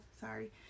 sorry